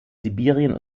sibirien